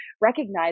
recognize